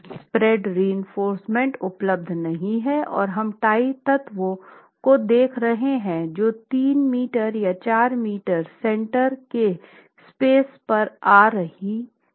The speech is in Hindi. स्प्रेड रीइंफोर्स्मेंट उपलब्ध नहीं है और हम टाई तत्वों को देख रहे हैं जो 3 मीटर या 4 मीटर सेंटर की स्पेस पर आ रहा हैं